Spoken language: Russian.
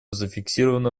зафиксировано